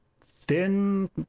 thin